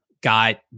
got